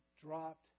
dropped